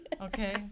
Okay